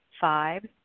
Five